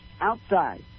outside